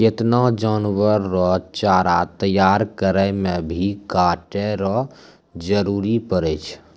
केतना जानवर रो चारा तैयार करै मे भी काटै रो जरुरी पड़ै छै